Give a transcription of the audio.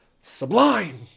Sublime